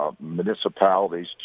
Municipalities